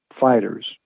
fighters